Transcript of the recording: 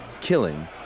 killing